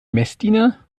messdiener